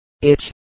itch